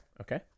Okay